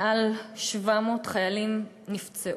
מעל 700 חיילים נפצעו,